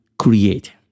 create